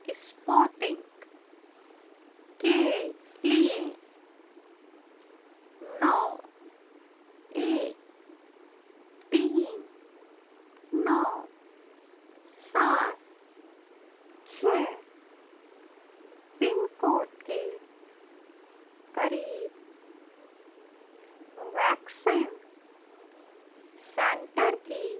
Sputnik کے لیے نو ایک تین نو سات چھ پن کوڈ کے قریب ویکسین سینٹر کی